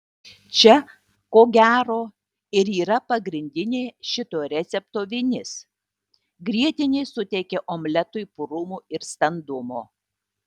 čia ko gero ir yra pagrindinė šito recepto vinis grietinė suteikia omletui purumo ir standumo